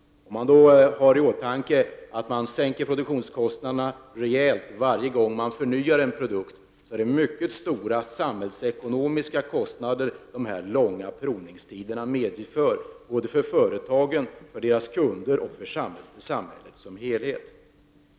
Om man i det sammanhanget har i åtanke att man sänker produktionskostnaderna rejält varje gång man förnyar en produkt, så finner man att det är mycket stora samhällsekonomiska kostnader som de långa provningstiderna medför, såväl för företagen som för kunderna och för samhället som helhet.